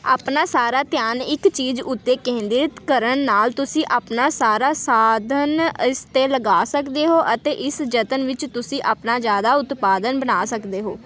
ਆਪਣਾ ਸਾਰਾ ਧਿਆਨ ਇੱਕ ਚੀਜ਼ ਉੱਤੇ ਕੇਂਦ੍ਰਿਤ ਕਰਨ ਨਾਲ ਤੁਸੀਂ ਆਪਣਾ ਸਾਰਾ ਸਾਧਨ ਇਸ 'ਤੇ ਲਗਾ ਸਕਦੇ ਹੋ ਅਤੇ ਇਸ ਯਤਨ ਵਿੱਚ ਤੁਸੀਂ ਜ਼ਿਆਦਾ ਉਤਪਾਦਨ ਬਣ ਸਕਦੇ ਹੋ